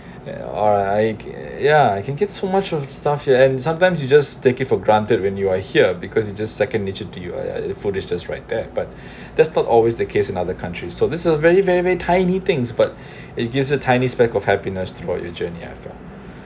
or I ya you can get so much of stuff ya and sometimes you just take it for granted when you are here because it just second nature to you ya food is just right there but that's not always the case in other countries so this is very very very tiny things but it gives a tiny speck of happiness throughout your journey after